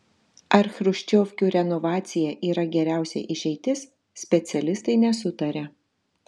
ar chruščiovkių renovacija yra geriausia išeitis specialistai nesutaria